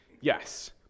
Yes